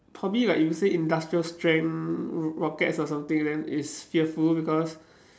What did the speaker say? probably like you say industrial strength r~ rockets or something then it's fearful because